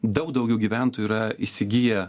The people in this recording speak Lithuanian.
daug daugiau gyventojų yra įsigiję